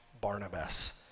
Barnabas